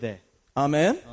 Amen